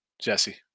Jesse